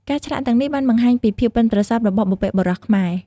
ការឆ្លាក់ទាំងនេះបានបង្ហាញពីភាពប៉ិនប្រសប់របស់បុព្វបុរសខ្មែរ។